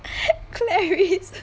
clarice